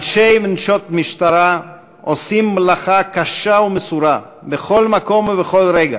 אנשי ונשות המשטרה עושים מלאכה קשה ומסורה בכל מקום ובכל רגע,